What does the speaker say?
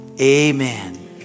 Amen